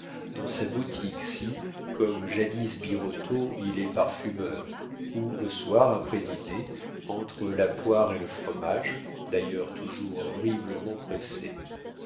dans sa boutique si comme jadis birotteau il est parfumeur ou le soir après dîner entre la poire et le fromage d'ailleurs toujours horriblement